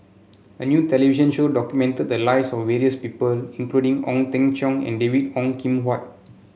a new television show documented the lives of various people including Ong Teng Cheong and David Ong Kim Huat